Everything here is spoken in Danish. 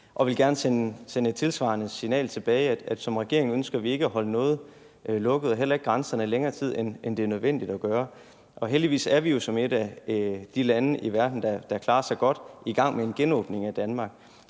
sende en sende et tilsvarende signal tilbage om, at som regering ønsker vi ikke at holde noget lukket, heller ikke grænserne, i længere tid, end det er nødvendigt at gøre. Og heldigvis er vi jo som et af de lande i verden, der klarer sig godt, i gang med en genåbning af Danmark.